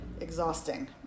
exhausting